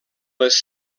les